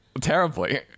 Terribly